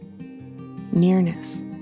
nearness